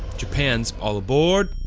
japan's all aboard.